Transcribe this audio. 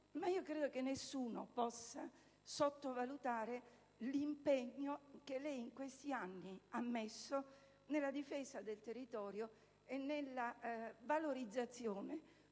ma credo che nessuno possa sottovalutare l'impegno che lei in questi anni ha messo nella difesa del territorio e nella valorizzazione